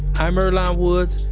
i'm earlonne woods,